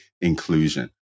inclusion